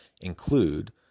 include